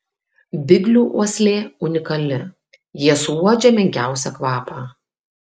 biglių uoslė unikali jie suuodžia menkiausią kvapą